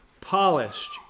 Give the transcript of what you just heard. polished